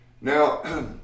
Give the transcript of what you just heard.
Now